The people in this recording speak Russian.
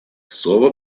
слово